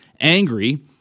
angry